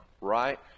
right